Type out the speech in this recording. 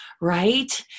right